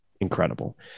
incredible